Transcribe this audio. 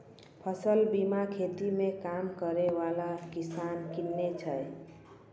फसल बीमा खेतो मे काम करै बाला किसान किनै छै